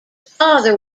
father